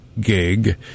gig